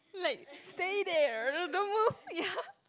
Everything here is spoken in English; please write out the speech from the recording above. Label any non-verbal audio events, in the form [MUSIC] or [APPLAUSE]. like stay there don't move [LAUGHS] ya